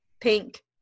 Pink